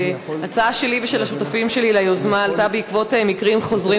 ההצעה שלי ושל השותפים שלי ליוזמה עלתה בעקבות מקרים חוזרים